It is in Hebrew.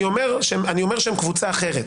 אני אומר שהם קבוצה אחרת.